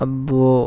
అబ్బో